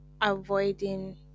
avoiding